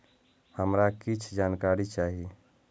हमरा कीछ जानकारी चाही